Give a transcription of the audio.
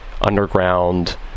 underground